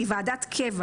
שהיא ועדת קבע,